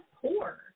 poor